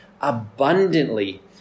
abundantly